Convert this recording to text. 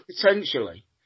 potentially